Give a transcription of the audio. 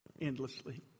endlessly